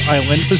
Island